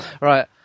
Right